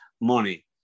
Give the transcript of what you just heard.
money